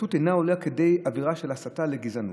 ההתבטאות אינה עולה כדי עבירה של הסתה לגזענות.